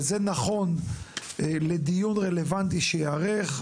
וזה נכון לדיון רלוונטי שייערך,